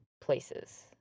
places